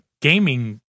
gaming